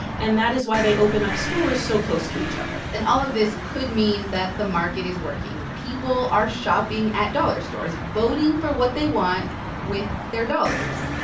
and that is why they open up stores so close to each other and all of this could mean that the market is working. people are shopping at dollar stores, voting for what they want with their dollars.